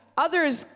Others